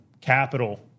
capital